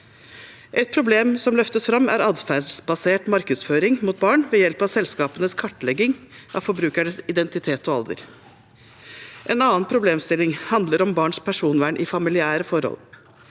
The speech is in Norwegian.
Et problem som løftes fram, er atferdsbasert markedsføring mot barn ved hjelp av selskapenes kartlegging av forbrukernes identitet og alder. En annen problemstilling handler om barns personvern i familiære forhold.